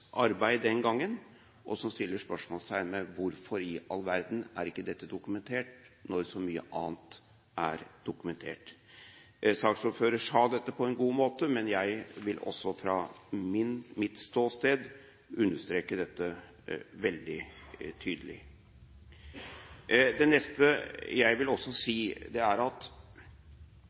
arbeid den gangen. Og man stiller spørsmålet: Hvorfor i all verden er ikke dette dokumentert, når så mye annet er dokumentert? Saksordføreren sa dette på en god måte, men jeg vil også fra mitt ståsted understreke dette veldig tydelig. Det neste jeg også vil si, er at det er